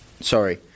Sorry